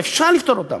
ואפשר לפתור אותם.